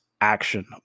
action